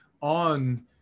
on